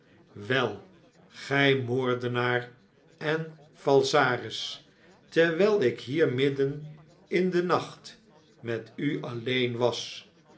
wei gy moordenaar en falsaris terwjl ik hier midden in den nacht met u alleen was